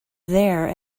there